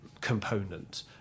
component